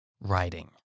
writing